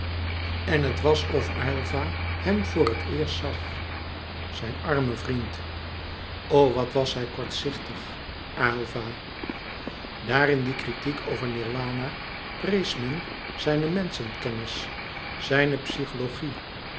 en het was of aylva hem voor het eerst zag zijn armen vriend o wat was hij kortzichtig aylva daar in die kritiek over nirwana prees men zijne menschenkennis zijne psychologie